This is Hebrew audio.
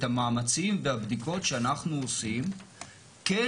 את המאמצים והבדיקות שאנחנו עושים כן